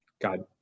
God